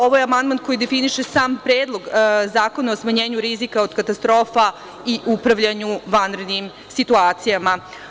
Ovaj amandman koji definiše sam Predlog zakona o smanjenju rizika od katastrofa i upravljanju vanrednim situacijama.